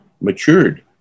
matured